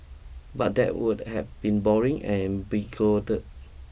but that would have been boring and bigoted